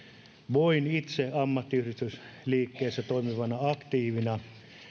voin itse ammattiyhdistysliikkeessä toimivana aktiivina